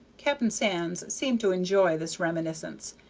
captain sands seemed to enjoy this reminiscence,